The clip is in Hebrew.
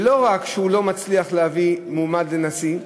ולא רק שהוא לא מצליח להביא מועמד לנשיא,